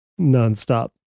nonstop